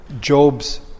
Job's